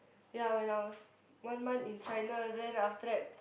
ya when I was one month in China then after that